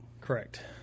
Correct